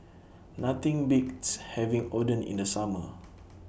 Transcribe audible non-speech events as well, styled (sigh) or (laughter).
Nothing Beats having Oden in The Summer (noise)